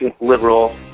liberal